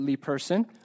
person